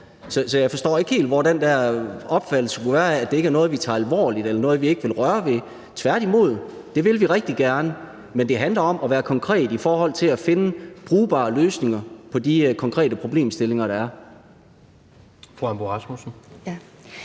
Så jeg forstår ikke helt, hvor den der opfattelse af, at det ikke er noget, vi tager alvorligt, eller noget, vi ikke vil røre ved, kommer fra. Det vil vi tværtimod rigtig gerne, men det handler om at være konkret i forhold til at finde brugbare løsninger på de konkrete problemstillinger, der er.